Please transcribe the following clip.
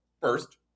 first